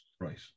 Right